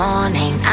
morning